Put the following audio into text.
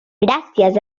gràcies